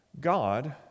God